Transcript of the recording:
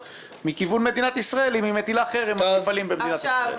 מכיוון מדינת ישראל אם היא מטילה חרם על מפעלים במדינת ישראל.